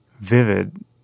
vivid